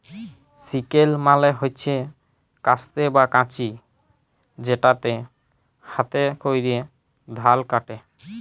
sickle মালে হচ্যে কাস্তে বা কাঁচি যেটাতে হাতে ক্যরে ধাল কাটে